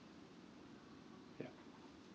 yup